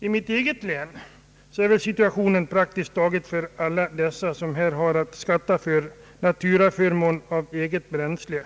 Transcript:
I mitt län är situationen den för de egna företagarna-jordbrukarna att de inte har några anställda varför de har att betala skatt för eget bränsle